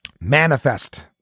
Manifest